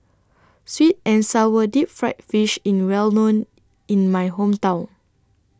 Sweet and Sour Deep Fried Fish in Well known in My Hometown